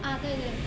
ah 对对